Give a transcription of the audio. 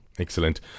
Excellent